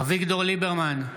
אביגדור ליברמן,